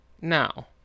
Now